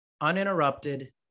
uninterrupted